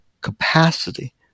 capacity